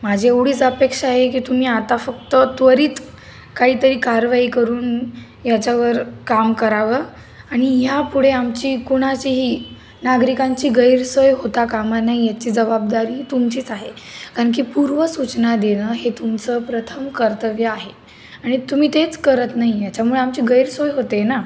माझी एवढीच अपेक्षा आहे की तुम्ही आता फक्त त्वरीत काहीतरी कारवाई करून याच्यावर काम करावं आणि ह्या पुढे आमची कुणाचीही नागरिकांची गैरसोय होता कामानये याची जबाबदारी तुमचीच आहे कारण की पूर्व सूचना देणं हे तुमचं प्रथम कर्तव्य आहे आणि तुम्ही तेच करत नाही याच्यामुळे आमची गैरसोय होते ना